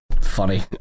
funny